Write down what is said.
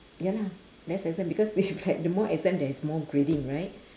ya lah less exam because the more exam there is more grading right